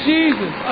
Jesus